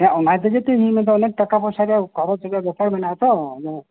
ᱦᱮᱸ ᱚᱱᱟ ᱛᱮᱜᱮ ᱛᱳ ᱤᱧᱦᱚᱸᱧ ᱢᱮᱱ ᱮᱫᱟ ᱚᱱᱮᱠ ᱴᱟᱠᱟ ᱯᱚᱭᱥᱟ ᱨᱮᱭᱟᱜ ᱠᱷᱚᱨᱚᱡ ᱨᱮᱭᱟᱜ ᱵᱮᱯᱟᱨ ᱢᱮᱱᱟᱜᱼᱟ ᱛᱳ